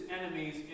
enemies